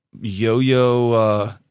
yo-yo